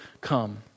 come